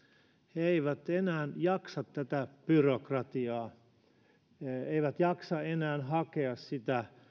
he eivät enää jaksa tätä byrokratiaa he eivät jaksa enää hakea sitä